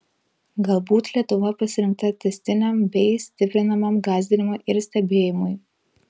galbūt lietuva pasirinkta tęstiniam bei stiprinamam gąsdinimui ir stebėjimui